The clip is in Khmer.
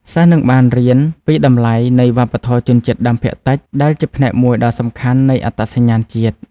សិស្សនឹងបានរៀនពីតម្លៃនៃវប្បធម៌ជនជាតិដើមភាគតិច ដែលជាផ្នែកមួយដ៏សំខាន់នៃអត្តសញ្ញាណជាតិ។